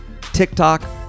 tiktok